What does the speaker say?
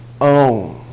own